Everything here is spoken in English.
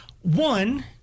One